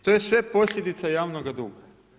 To je sve posljedica javnoga duga.